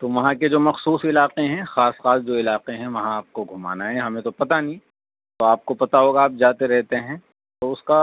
تو وہاں کے جو مخصوص علاقے ہیں خاص خاص جو علاقے ہیں وہاں آپ کو گھمانا ہے ہمیں تو پتہ نہیں تو آپ کو پتہ ہو گا آپ جاتے رہتے ہیں تو اس کا